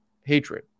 hatred